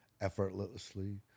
effortlessly